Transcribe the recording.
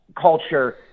culture